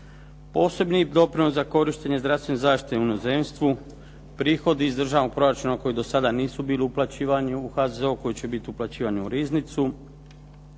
Posebni doprinos za korištenje zdravstvene zaštite u inozemstvu, prihodi iz državnog proračuna koji do sada nisu bili uplaćivani u HZZO koji će biti uplaćeni u riznicu,